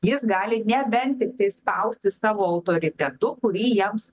jis gali nebent tiktai spausti savo autoritetu kurį jiems